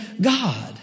God